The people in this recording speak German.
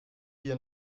wir